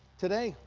today,